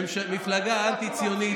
מפלגה אנטי-ציונית,